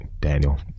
Daniel